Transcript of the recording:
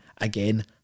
again